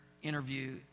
interview